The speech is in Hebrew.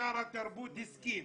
ושר התרבות הסכים,